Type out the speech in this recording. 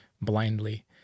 blindly